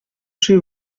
she